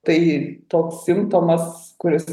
tai toks simptomas kuris